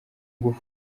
ngufu